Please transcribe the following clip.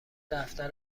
دفتر